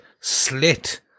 slit